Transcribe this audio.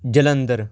Jalandhar